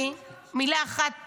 מילה אחת